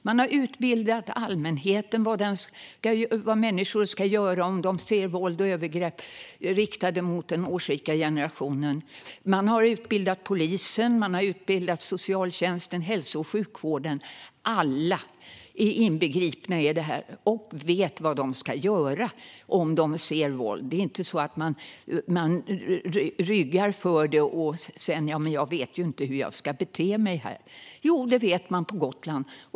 Man har utbildat allmänheten i vad människor ska göra om de ser våld och övergrepp som är riktade mot den årsrika generationen. Man har utbildat polisen. Man har utbildat socialtjänsten och hälso och sjukvården. Alla är involverade i det här och vet vad de ska göra om de ser våld. De ryggar inte för det och tänker att "jag vet ju inte hur jag ska bete mig här". Det vet de på Gotland.